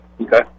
Okay